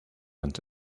and